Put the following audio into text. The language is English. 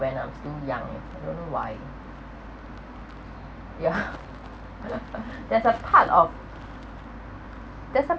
when I'm still young eh I don't know why ya there's a part of there's a